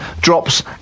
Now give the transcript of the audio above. drops